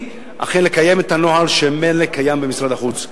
אכן לקיים את הנוהל שממילא קיים במשרד החוץ.